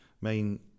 main